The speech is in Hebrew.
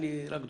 אני רק דוחה.